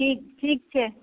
ठीक ठीक छै